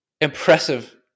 impressive